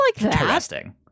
interesting